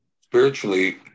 Spiritually